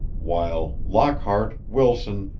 while lockhart, wilson,